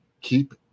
keep